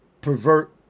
pervert